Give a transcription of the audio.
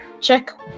check